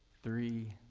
three,